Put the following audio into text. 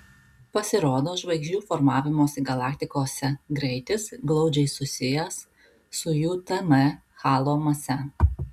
pasirodo žvaigždžių formavimosi galaktikose greitis glaudžiai susijęs su jų tm halo mase